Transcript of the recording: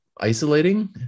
isolating